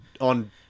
on